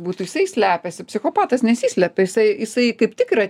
būtų jisai slepiasi psichopatas nesislepia jisai jisai kaip tik yra